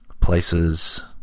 places